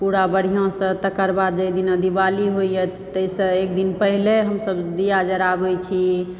पूरा बढ़िऑं सँ तकरबाद जेहि दिन दिवाली होइया ताहि सऽ एकदिन पहिले हमसभ दिया जराबै छी